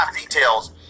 details